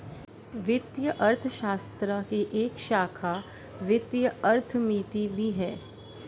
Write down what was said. वित्तीय अर्थशास्त्र की एक शाखा वित्तीय अर्थमिति भी है